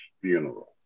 funeral